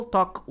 Talk